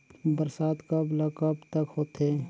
बरसात कब ल कब तक होथे?